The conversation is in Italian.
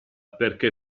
perché